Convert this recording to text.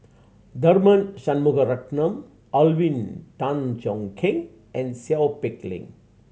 Tharman Shanmugaratnam Alvin Tan Cheong Kheng and Seow Peck Leng